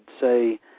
say